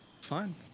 fine